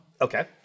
Okay